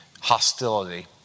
hostility